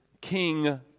king